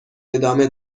ادامه